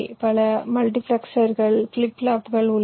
பல மல்டிபிளெக்சர்கள் ஃபிளிப் ஃப்ளாப்புகள் உள்ளன